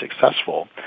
successful